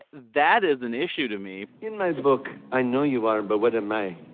that is an issue to me in my book i know you are, but what am i,